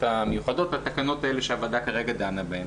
המיוחדות והתקנות האלה שהוועדה כרגע דנה בהן.